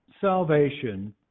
salvation